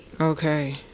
Okay